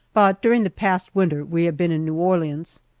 but during the past winter we have been in new orleans.